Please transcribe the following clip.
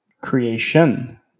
creation